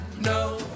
no